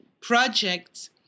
projects